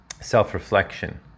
self-reflection